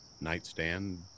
nightstand